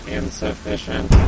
insufficient